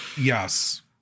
Yes